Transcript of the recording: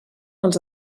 als